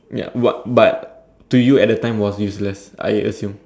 ya what but to you at the time was useless I assume